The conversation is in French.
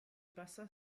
passa